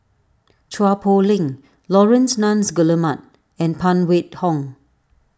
Chua Poh Leng Laurence Nunns Guillemard and Phan Wait Hong